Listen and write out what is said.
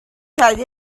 idea